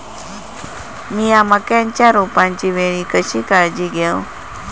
मीया मक्याच्या रोपाच्या वेळी कशी काळजी घेव?